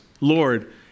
Lord